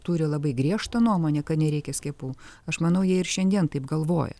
turi labai griežtą nuomonę kad nereikia skiepų aš manau jie ir šiandien taip galvoja